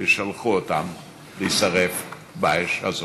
ושלחו אותם להישרף באש הזאת.